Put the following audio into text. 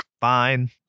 fine